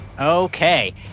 Okay